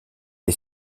est